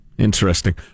Interesting